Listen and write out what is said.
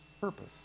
purpose